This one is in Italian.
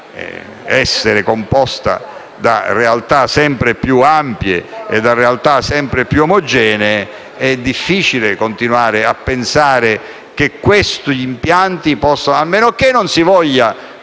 essere composta da realtà sempre più ampie e sempre più omogenee, è difficile continuare a pensare a questi impianti. A meno che non si voglia